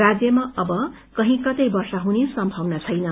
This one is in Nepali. राज्यमा अब केही कतै वर्षा हुने सम्भावना छैन